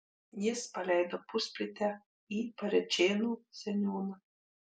jis paleido pusplytę į parėčėnų seniūną